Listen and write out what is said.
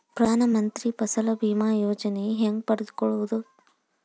ಪ್ರಧಾನ ಮಂತ್ರಿ ಫಸಲ್ ಭೇಮಾ ಯೋಜನೆ ಹೆಂಗೆ ಪಡೆದುಕೊಳ್ಳುವುದು?